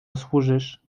służysz